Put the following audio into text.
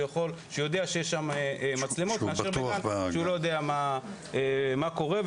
יודע שיש בו מצלמות מאשר בגן שהוא לא יודע מה קורה בו,